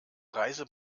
reise